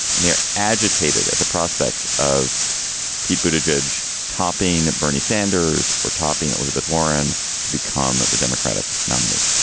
and they're agitated at the prospect of pete boobage topping bernie sanders or topping elizabeth warren to become the democratic nominee.